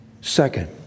Second